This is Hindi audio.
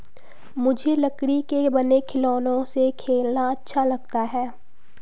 मुझे लकड़ी के बने खिलौनों से खेलना अच्छा लगता है